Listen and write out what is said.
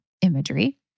imagery